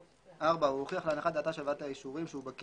(4) הוא הוכיח להנחת דעתה של ועדת האישורים שהוא בקיא